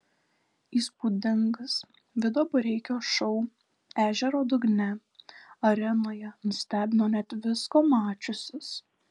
įspūdingas vido bareikio šou ežero dugne arenoje nustebino net visko mačiusius